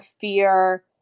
fear